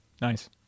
Nice